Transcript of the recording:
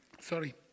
Sorry